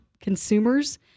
consumers